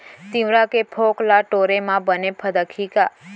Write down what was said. तिंवरा के फोंक ल टोरे म बने फदकही का?